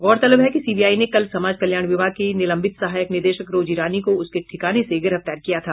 गौरतलब है कि सीबीआई ने कल समाज कल्याण विभाग की निलंबित सहायक निदेशक रोजी रानी को उसके ठिकाने से गिरफ्तार किया था